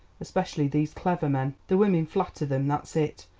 especially these clever men. the women flatter them, that's it.